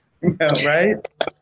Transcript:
Right